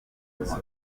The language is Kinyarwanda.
moto